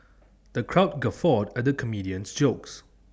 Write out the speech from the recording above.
the crowd guffawed at the comedian's jokes